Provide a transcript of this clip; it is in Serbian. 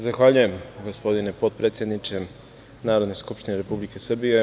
Zavaljujem, gospodine potpredsedniče Narodne skupštine Republike Srbije.